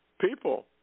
People